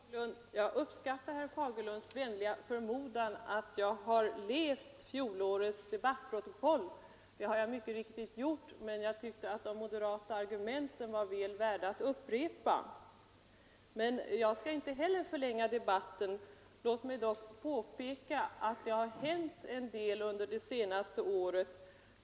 Fru talman! Jag uppskattar herr Fagerlunds vänliga förmodan att jag har läst fjolårets debattprotokoll. Det har jag mycket riktigt gjort, men jag tyckte att de moderata argumenten var väl värda att upprepa. Jag skall inte heller förlänga debatten. Låt mig dock påpeka att det har hänt en del under det senaste året.